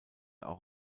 auch